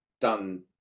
done